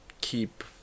keep